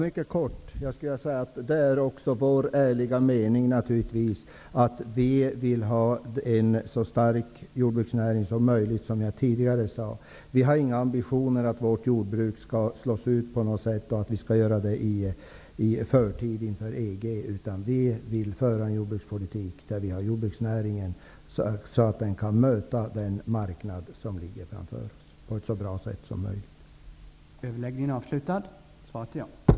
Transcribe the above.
Herr talman! Mycket kort: Det är också vår ärliga mening att vi vill ha en så stark jordbruksnäring som möjligt. Vi har inga ambitioner att slå ut vårt jordbruk i förtid inför EG-medlemskapet. Vi vill ha en jordbrukspolitik som gör jordbruksnäringen så stark att den på ett så bra sätt som möjligt kan möta den marknad som ligger framför oss.